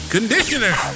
Conditioner